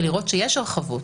ולראות שיש הרחבות,